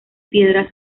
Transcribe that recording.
piedra